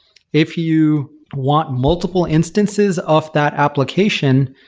if you want multiple instances of that application,